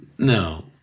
No